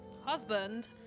husband